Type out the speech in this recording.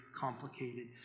complicated